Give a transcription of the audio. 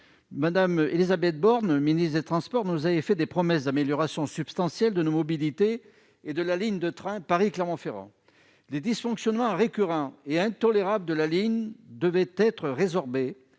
Madame Élisabeth Borne, ministre des Transports nous avait fait des promesses d'amélioration substantielle de nos mobilité et de la ligne de train Paris-Clermont-Ferrand les dysfonctionnements récurrents et intolérable de la ligne devaient être résorbés,